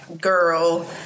girl